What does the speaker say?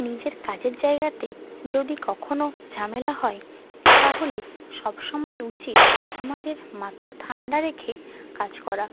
নিজের কাজের জায়গাতে যদি কখনও ঝামেলা হয় তাহলে সবসময় উচিত আমাদের মাথা ঠান্ডা রেখে কাজ করা